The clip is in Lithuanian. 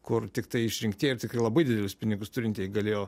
kur tiktai išrinktieji ir tikrai labai didelius pinigus turintieji galėjo